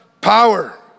power